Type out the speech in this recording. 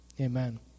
amen